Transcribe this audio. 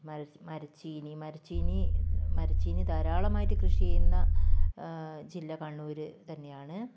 മര മരിച്ചീനി മരിച്ചീനി മരിച്ചീനി ധാരാളമായിട്ട് കൃഷി ചെയ്യുന്ന ജില്ല കണ്ണൂരു തന്നെയാണ്